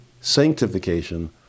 sanctification